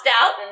out